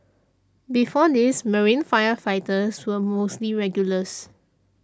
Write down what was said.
before this marine firefighters were mostly regulars